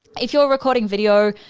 if you're recording video,